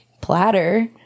platter